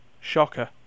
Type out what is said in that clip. Shocker